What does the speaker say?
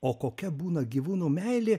o kokia būna gyvūnų meilė